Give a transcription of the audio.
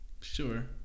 sure